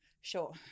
Sure